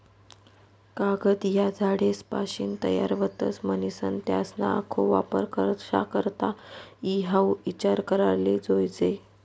कागद ह्या झाडेसपाशीन तयार व्हतस, म्हनीसन त्यासना आखो वापर कशा करता ई हाऊ ईचार कराले जोयजे